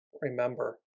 Remember